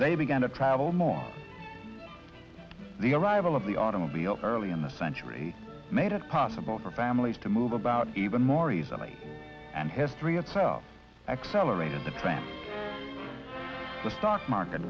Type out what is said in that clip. they began to travel more the arrival of the automobile early in the century made it possible for families to move about even more easily and history itself accelerated the claim the stock market